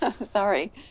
Sorry